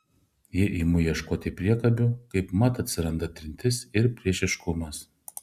jei imu ieškoti priekabių kaipmat atsiranda trintis ir priešiškumas